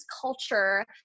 culture